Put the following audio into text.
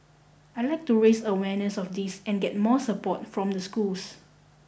I'd like to raise awareness of this and get more support from the schools